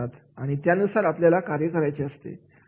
आणि त्यानुसार आपल्याला कार्य करायचे असते